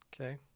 Okay